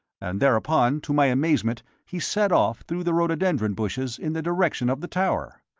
and thereupon, to my amazement, he set off through the rhododendron bushes in the direction of the tower!